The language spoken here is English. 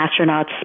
astronauts